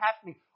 happening